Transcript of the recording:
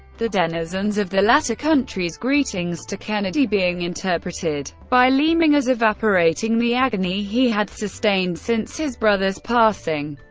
the denizens of the latter country's greetings to kennedy being interpreted by leaming as evaporating the agony he had sustained since his brother's passing.